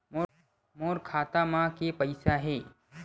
मोर खाता म के पईसा हे?